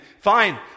fine